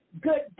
good